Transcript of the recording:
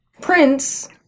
Prince